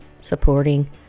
supporting